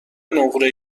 نقره